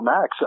Max